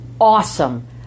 awesome